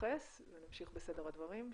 שיתייחס ונמשיך בסדר הדוברים.